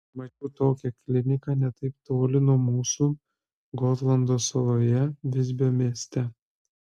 mačiau tokią kliniką ne taip toli nuo mūsų gotlando saloje visbio mieste